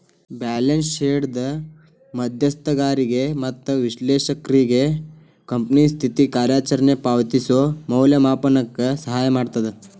balance ಶೇಟ್ದ್ ಮಧ್ಯಸ್ಥಗಾರಿಗೆ ಮತ್ತ ವಿಶ್ಲೇಷಕ್ರಿಗೆ ಕಂಪನಿ ಸ್ಥಿತಿ ಕಾರ್ಯಚರಣೆ ಪಾವತಿಸೋ ಮೌಲ್ಯಮಾಪನಕ್ಕ ಸಹಾಯ ಮಾಡ್ತದ